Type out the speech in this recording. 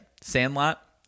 Sandlot